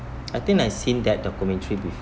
I think I seen that documentary before